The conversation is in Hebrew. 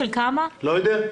לא יודע.